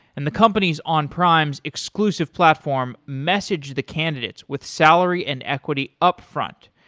and the companies on prime's exclusive platform message the candidates with salary and equity upfront.